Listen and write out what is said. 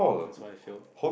that's why I fail